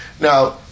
Now